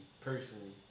personally